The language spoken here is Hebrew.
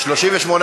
התשע"ו 2016, נתקבל.